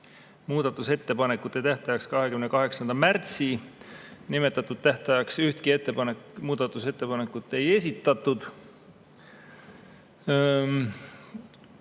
muudatusettepanekute tähtajaks 28. märts. Nimetatud tähtajaks ühtegi muudatusettepanekut ei esitatud.